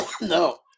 No